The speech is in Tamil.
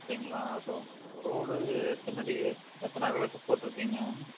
அப்படிங்களா ரோடு அடி எத்தன அகலத்துக்கு போட்டுருக்கீங்க